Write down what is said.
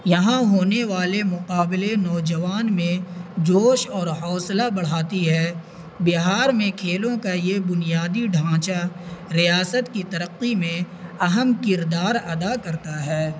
یہاں ہونے والے مقابلے نوجوان میں جوش اور حوصلہ بڑھاتی ہے بہار میں کھیلوں کا یہ بنیادی ڈھانچہ ریاست کی ترقی میں اہم کردار ادا کرتا ہے